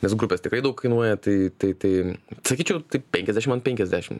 nes grupės tikrai daug kainuoja tai tai tai sakyčiau taip penkiasdešim an penkiasdešim